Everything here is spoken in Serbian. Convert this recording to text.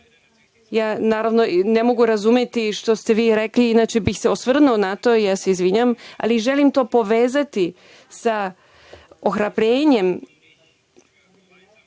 godina. Ne mogu razumeti, što ste i vi rekli, inače bih se osvrnuo na to, ja se izvinjavam, ali želim to povezati sa ohrabrenjem